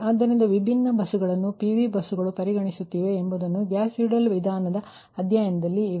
ಆದ್ದರಿಂದ ವಿಭಿನ್ನ ಬಸ್ಸುಗಳು PV ಬಸ್ಸುಗಳನ್ನು ಪರಿಗಣಿಸುತ್ತಿವೆ ಎಂಬುದು ಗೌಸ್ ಸೀಡೆಲ್ ವಿಧಾನದ ಅಧ್ಯಯನದಲ್ಲಿ ಇವೆ